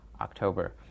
October